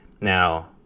now